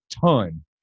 ton